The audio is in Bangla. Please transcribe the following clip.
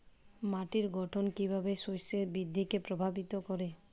মাটির গঠন কীভাবে শস্যের বৃদ্ধিকে প্রভাবিত করে?